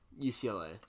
UCLA